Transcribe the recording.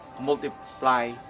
multiply